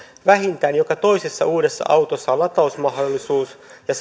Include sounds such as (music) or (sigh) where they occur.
vähintään joka toisessa uudessa autossa on latausmahdollisuus ja (unintelligible)